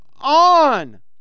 on